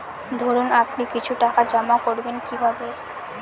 ধরুন আপনি কিছু টাকা জমা করবেন কিভাবে?